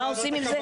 מה עושים עם זה?